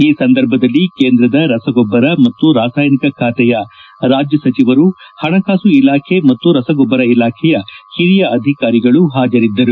ಈ ಸಂದರ್ಭದಲ್ಲಿ ಕೇಂದ್ರದ ರಸಗೊಬ್ಬರ ಮತ್ತು ರಸಾಯನಿಕ ಖಾತೆಯ ರಾಜ್ಯ ಸಚಿವರು ಪಣಕಾಸು ಇಲಾಖೆ ಮತ್ತು ರಸಗೊಬ್ಬರ ಇಲಾಖೆಯ ಹಿರಿಯ ಅಧಿಕಾರಿಗಳು ಹಾಜರಿದ್ದರು